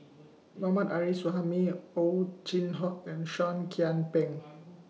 Mohammad Arif Suhaimi Ow Chin Hock and Seah Kian Peng